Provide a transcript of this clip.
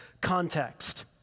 context